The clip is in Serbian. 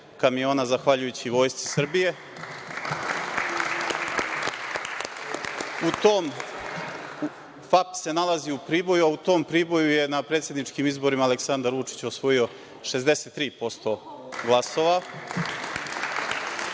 kamiona zahvaljujući Vojsci Srbije. FAP se nalazi u Priboju, a u tom Priboju je na predsedničkim izborima Aleksandar Vučić osvojio 63% glasova.